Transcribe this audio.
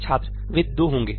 छात्र वे दो होंगे